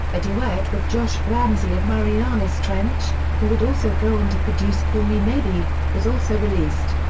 a duet with josh ramsay of marianas trench, who would also go on to produce call me maybe, was also released.